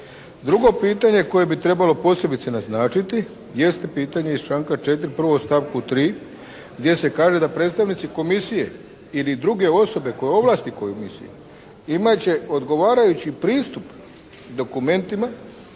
Drugo pitanje koje bi trebalo posebice naznačiti jeste pitanje iz članka 4. prvo u stavku 3. gdje se kaže da predstavnici komisije ili druge osobe koje ovlasti komisija, imati će odgovarajući pristup dokumentima